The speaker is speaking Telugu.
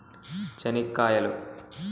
చెనిక్కాయలు